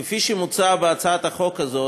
כפי שנאמר בהצעת החוק הזאת,